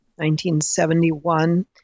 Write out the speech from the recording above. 1971